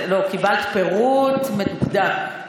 קיבלת פירוט מדוקדק.